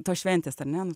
tos šventės ar ne